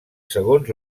segons